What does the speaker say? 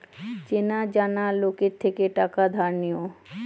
চেনা জানা লোকের থেকে টাকা ধার নিও